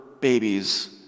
babies